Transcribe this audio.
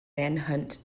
manhunt